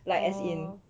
orh